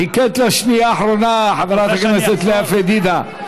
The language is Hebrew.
חיכית לשנייה האחרונה, חברת הכנסת לאה פדידה.